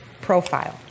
profile